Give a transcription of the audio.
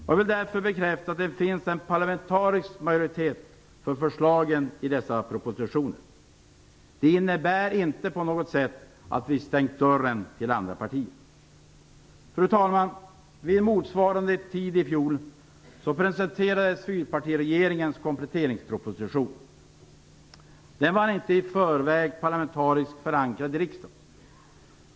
Jag vill därför bekräfta att det finns en parlamentarisk majoritet för förslagen i dessa propositioner. Det innebär inte på något sätt att vi stängt dörren till andra partier. Fru talman! Vid motsvarande tid i fjol presenterades fyrpartiregeringens kompletteringsproposition. Den var inte i förväg parlamentariskt förankrad i riksdagen.